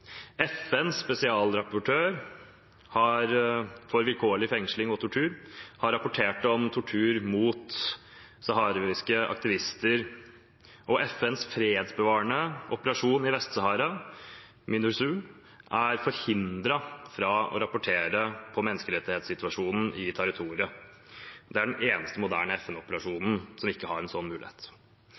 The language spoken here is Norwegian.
FNs spesialrapportør for vilkårlig fengsling og tortur har rapportert om tortur mot saharawiske aktivister, og FNs fredsbevarende operasjon i Vest-Sahara, MINURSO, er forhindret fra å rapportere på menneskerettighetssituasjonen i territoriet. Det er den eneste moderne FN-operasjonen som ikke har en sånn mulighet.